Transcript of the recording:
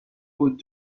aux